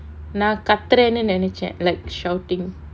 நான் கத்துறேனு நினைச்சேன்:naan kathurenu ninaichaen like shouting